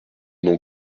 noms